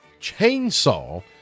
chainsaw